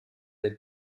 del